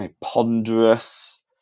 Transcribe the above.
ponderous